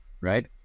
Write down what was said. right